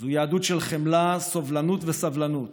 זו יהדות של חמלה, סובלנות וסבלנות,